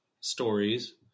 stories